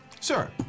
Sir